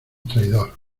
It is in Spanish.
traidor